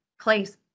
place